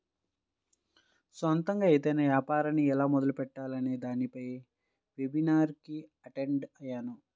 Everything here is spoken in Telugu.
సొంతగా ఏదైనా యాపారాన్ని ఎలా మొదలుపెట్టాలి అనే దానిపై వెబినార్ కి అటెండ్ అయ్యాను